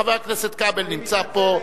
חבר הכנסת כבל נמצא פה.